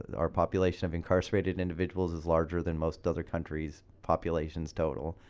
our population of incarcerated individuals is larger than most other countries' populations total.